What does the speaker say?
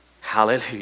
Hallelujah